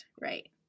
Right